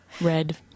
red